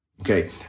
Okay